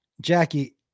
Jackie